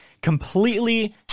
completely